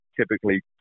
typically